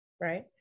Right